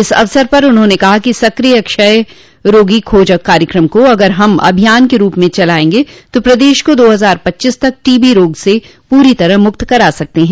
इस अवसर पर उन्होंने कहा कि सक्रिय क्षय रोगी खोज कार्यक्रम को अगर हम अभियान के रूप में चलायेंगे तो प्रदेश को दो हजार पच्चीस तक टीवी रोग से पूरी तरह से मुक्त करा सकते हैं